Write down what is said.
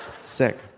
Sick